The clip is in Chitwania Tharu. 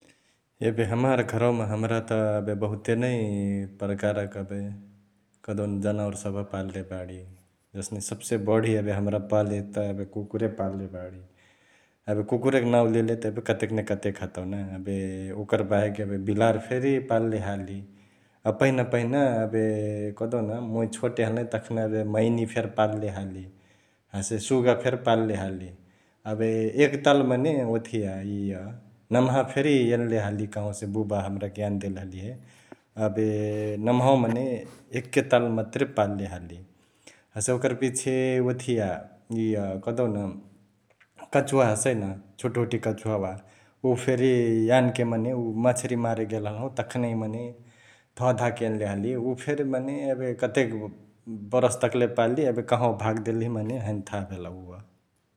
एबे हमार घरवामा हमरा त एबे बहुते नै प्रकारक एबे कहदेउन जनावर सभ पाल्ले बाडी । जसने सब्से बढी एबे हमरा पाल्ले त एबे कुकुरे पाल्ले बाडी । एबे कुकुरैक नांउ लेले त एबे कतेक न कतेक हतउ ना एबे ओकर बाहेक एबे बिलरी फेरी पाल्ले हाली । अ पहिना पहिना एबे कहदेउन मुइ छोटे हलही तखना एबे मैनी फेरी पाल्ले हाली हसे सुगा फेरी पाल्ले हाली । एबे एक ताल मने ओथिया इअ नमहा फेरी एन्ले हाली कहवासे बुबा हमराके यनदेले हलिहे । एबे नमहावा मने एके ताल मतुरे पाल्ले हाली हसे ओकर पिछे ओथिया इअ कहदिउन कछुवा हसै न छुटुहुटी कछुवावा उ फेरी यानके मने उ मछरिया मारे गेल हलहु तखनही मने धधाके एन्ले हाली । उ फेरी मने एबे कतेक बरस तकले पाल्ली एबे कँहवा भाग देलिहे मने हैने थाह भेलउ उअ ।